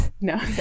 No